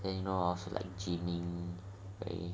then you know I also like gyming like like